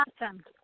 Awesome